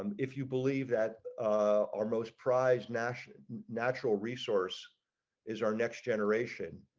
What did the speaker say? um if you believe that our most prized nash natural resource is our next generation,